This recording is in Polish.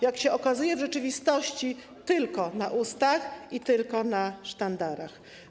Jak się okazuje w rzeczywistości: tylko na ustach i tylko na sztandarach.